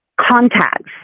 contacts